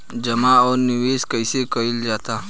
जमा और निवेश कइसे कइल जाला?